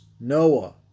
Noah